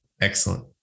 Excellent